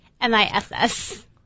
M-I-S-S